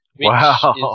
Wow